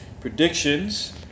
predictions